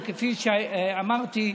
וכפי שאמרתי,